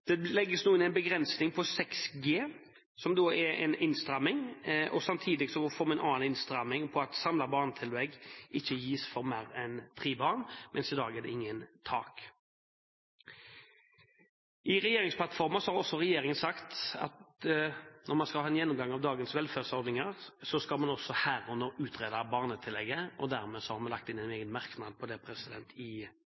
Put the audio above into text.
Det legges inn en begrensning på 6 G, som er en innstramming. Samtidig får vi en annen innstramming ved at samlet barnetillegg ikke gis for mer enn tre barn, mens det i dag ikke er noe tak. I regjeringsplattformen har regjeringen sagt at når man skal ha en gjennomgang av dagens velferdsordninger, skal man også utrede barnetillegget. Dermed har vi lagt inn en